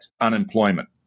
unemployment